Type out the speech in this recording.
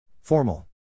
Formal